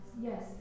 Yes